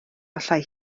allai